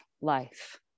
life